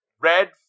red